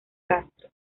castro